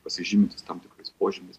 pasižymintis tam tikrais požymiais